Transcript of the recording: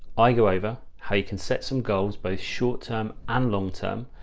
i go over how you can set some goals, both short-term and long-term,